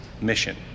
mission